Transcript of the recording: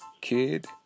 kid